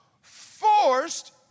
forced